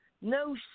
no